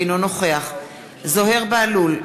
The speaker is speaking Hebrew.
אינו נוכח זוהיר בהלול,